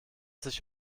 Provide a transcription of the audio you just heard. sich